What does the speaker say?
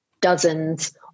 dozens